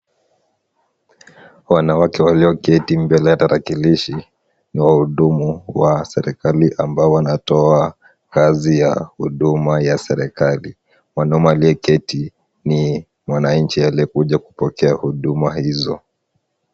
Wanawake walioketi mbele ya tarakilishi, ni wahudumu wa serikali ambao wanatoa kazi ya huduma ya serikali. Mwanaume aliyeketi ni mwananchi aliyekuja kupokea huduma hizo.